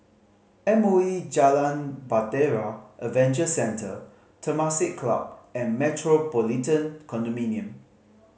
M O E Jalan Bahtera Adventure Centre Temasek Club and Metropolitan Condominium